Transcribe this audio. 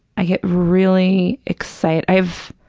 i get really excit, i have